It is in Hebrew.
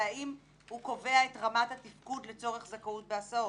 והאם הוא קובע את רמת התפקוד לצורך זכאות בהסעות.